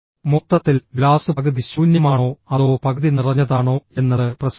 മൊത്തത്തിൽ ഗ്ലാസ് പകുതി ശൂന്യമാണോ അതോ പകുതി നിറഞ്ഞതാണോ എന്നത് പ്രശ്നമല്ല